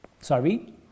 Sorry